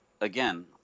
again